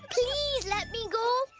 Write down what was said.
please! let me go!